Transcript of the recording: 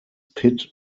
pit